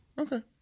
Okay